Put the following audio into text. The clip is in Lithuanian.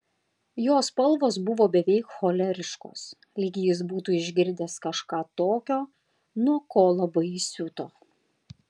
jo spalvos buvo beveik choleriškos lyg jis būtų išgirdęs kažką tokio nuo ko labai įsiuto